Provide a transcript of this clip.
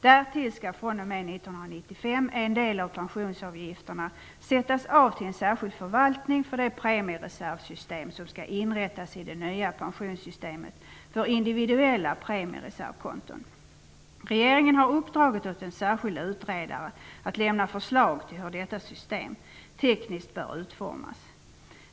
Därtill skall fr.o.m. 1995 en del av pensionsavgifterna sättas av till en särskild förvaltning för det premiereservsystem som skall inrättas i det nya pensionssystemet, för individuella premiereservkonton. Regeringen har uppdragit åt en särskild utredare att lämna förslag till hur detta system tekniskt bör utformas.